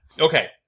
Okay